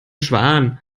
schwan